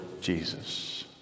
Jesus